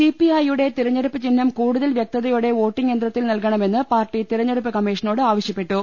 സിപിഐയുടെ തെരഞ്ഞെടുപ്പ് ചിഹ്നം കൂടുതൽ വ്യക്തതയോടെ വോട്ടിങ്ങ് യന്ത്രത്തിൽ നൽകണമെന്ന് പാർട്ടി തെരഞ്ഞെടുപ്പ് കമ്മീ ഷനോട് ആവശ്യപ്പെട്ടു